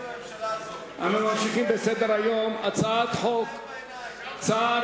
אנחנו ממשיכים בסדר-היום: הצעת חוק צער